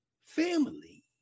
family